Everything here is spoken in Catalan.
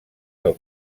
del